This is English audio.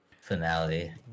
finale